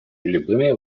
любыми